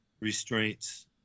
restraints